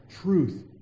truth